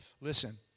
listen